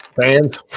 fans